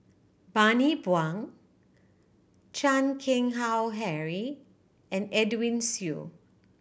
Bani Buang Chan Keng Howe Harry and Edwin Siew